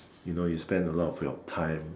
you know you spend a lot of your time